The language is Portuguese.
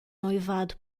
noivado